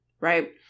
right